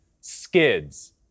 skids